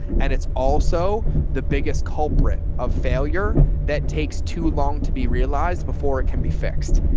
and it's also the biggest culprit of failure that takes too long to be realized before it can be fixed.